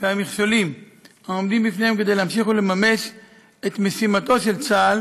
והמכשולים העומדים בפניהם כדי להמשיך ולממש את משימתו של צה"ל,